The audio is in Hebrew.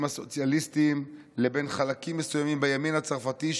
הסוציאליסטים לבין חלקים מסוימים בימין הצרפתי,